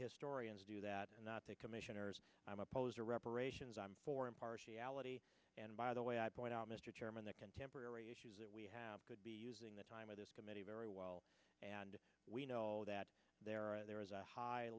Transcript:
historians do that and not say commissioners i'm opposed to reparations i'm for impartiality and by the way i point out mr chairman that contemporary issues that we have could be using the time of this committee very well and we know that there are there is a high